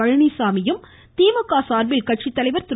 பழனிச்சாமியும் திமுக சார்பில் கட்சித்தலைவர் திரு